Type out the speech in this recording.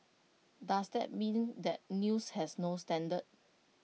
does that mean that news has no standard